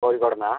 കോഴിക്കോടുന്നാണോ